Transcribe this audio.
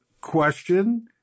question